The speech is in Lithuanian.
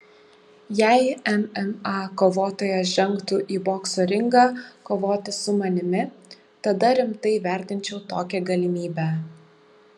jei mma kovotojas žengtų į bokso ringą kovoti su manimi tada rimtai vertinčiau tokią galimybę